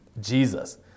Jesus